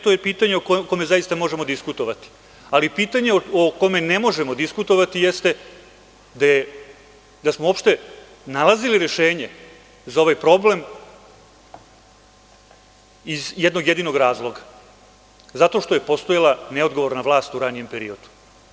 To je pitanje o kome zaista možemo diskutovati, ali pitanje o kome ne možemo diskutovati jeste gde smo uopšte nalazili rešenje za ovaj problem iz jednog jedinog razloga – zato što je postojala neodgovorna vlast u ranijem periodu.